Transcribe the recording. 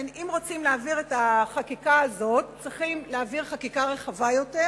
אם רוצים להעביר את החקיקה הזאת צריכים להעביר חקיקה רחבה יותר,